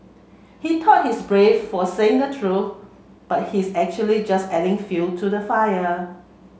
he thought he's brave for saying the truth but he's actually just adding fuel to the fire